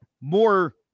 more